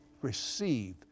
receive